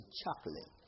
chocolate